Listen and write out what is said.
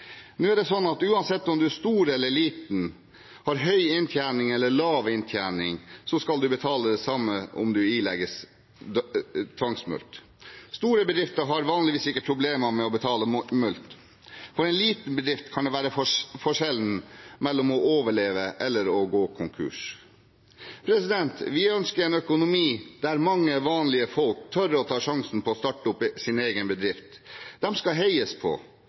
Nå er det slik at uansett om man er stor eller liten, har høy inntjening eller lav inntjening, skal man betale det samme om man ilegges tvangsmulkt. Store bedrifter har vanligvis ikke problemer med å betale mulkt. For en liten bedrift kan det være forskjellen mellom å overleve og å gå konkurs. Vi ønsker en økonomi der mange vanlige folk tør å ta sjansen på å starte opp sin egen bedrift. De skal heies på